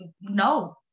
No